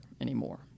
anymore